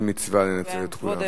התשע"א 2011,